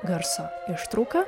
garso ištrauką